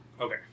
Okay